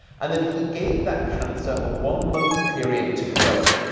and then he gave that cancer a one-month period to grow.